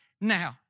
now